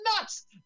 nuts